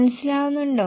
മനസിലാകുന്നുണ്ടോ